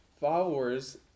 followers